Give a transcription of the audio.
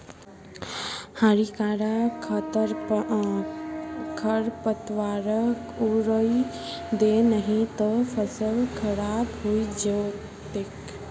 हानिकारक खरपतवारक उखड़इ दे नही त फसल खराब हइ जै तोक